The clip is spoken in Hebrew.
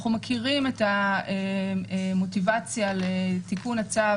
אנחנו מכירים את המוטיבציה לתיקון הצו